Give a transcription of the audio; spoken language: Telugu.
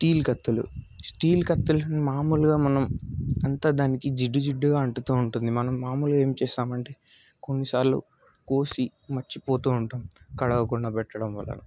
స్టీల్ కత్తులు స్టీల్ కత్తులని మామూలుగా మనం అంత దానికి జిడ్డు జిడ్డుగా అంటుతూ ఉంటుంది మనం మామూలుగా ఏం చేస్తామంటే కొన్నిసార్లు కోసి మరచిపోతూ ఉంటాము కడగకుండా పెట్టడం వల్ల